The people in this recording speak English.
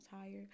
tired